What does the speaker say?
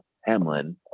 hamlin